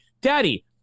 daddy